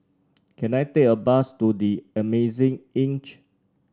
can I take a bus to The Amazing Inn